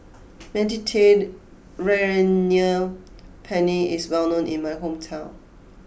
Mediterranean Penne is well known in my hometown